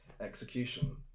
execution